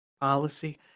policy